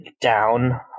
down